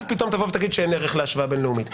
אז פתאום תבוא ותגיד שאין ערך להשוואה בין-לאומית.